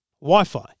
Wi-Fi